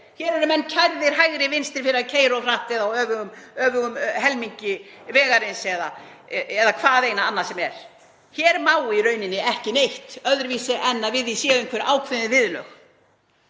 Hér eru menn kærðir hægri vinstri fyrir að keyra of hratt eða á öfugum helmingi vegarins eða hvaðeina annað sem er. Hér má í rauninni ekki neitt öðruvísi en að við því séu einhver ákveðin viðurlög.